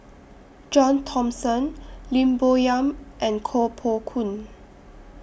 John Thomson Lim Bo Yam and Koh Poh Koon